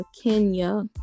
Kenya